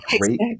great